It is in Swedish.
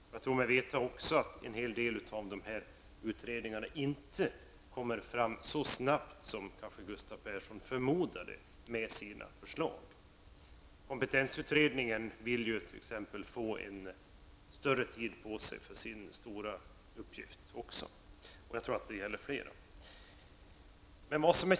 Jag tror mig även veta att en hel del av dessa utredningar inte kommer fram så snabbt som Gustav Persson kanske förmodade med sina förslag. T.ex. kompetensutredningen vill ju få mer tid på sig för sin stora uppgift. Jag tror att det gäller fler utredningar.